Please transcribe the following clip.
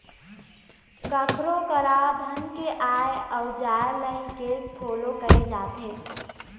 कखरो करा धन के आय अउ जाय ल ही केस फोलो कहे जाथे